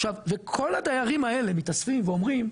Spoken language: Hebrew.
עכשיו כל הדיירים האלה מתאספים ואומרים,